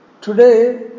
Today